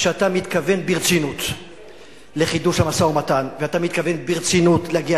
שאתה מתכוון ברצינות לחידוש המשא-מתן ואתה מתכוון ברצינות להגיע